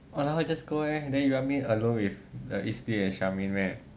!walao! just go leh then you want me alone with the